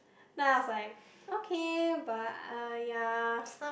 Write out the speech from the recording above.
then I was like okay but uh ya